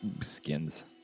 skins